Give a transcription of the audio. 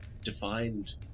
defined